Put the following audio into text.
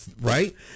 Right